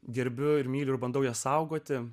gerbiu ir myliu ir bandau ją saugoti